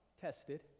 tested